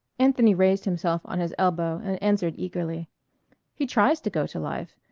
anthony raised himself on his elbow and answered eagerly he tries to go to life.